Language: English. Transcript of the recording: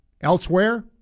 Elsewhere